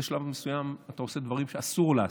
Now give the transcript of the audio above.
בשלב מסוים אתה עושה דברים שאסור לעשות.